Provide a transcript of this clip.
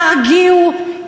תרגיעו,